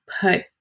put